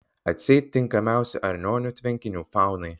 atseit tinkamiausi arnionių tvenkinių faunai